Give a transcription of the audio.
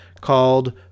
called